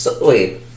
Wait